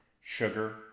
sugar